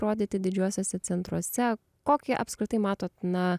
rodyti didžiuosiuose centruose kokį apskritai matot na